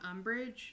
Umbridge